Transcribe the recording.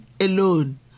alone